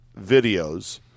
videos